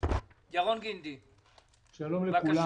שלום לכולם.